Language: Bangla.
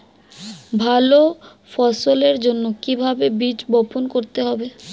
ভালো ফসলের জন্য কিভাবে বীজ বপন করতে হবে?